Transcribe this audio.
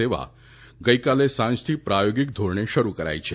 સેવા ગઈકાલે સાંજથી પ્રોયોગિક ધોરણે શરૂ કરાઈ છે